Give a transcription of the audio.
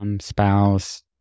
spouse